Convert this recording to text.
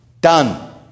Done